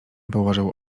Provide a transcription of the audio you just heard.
położył